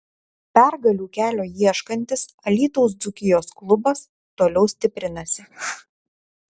pergalių kelio ieškantis alytaus dzūkijos klubas toliau stiprinasi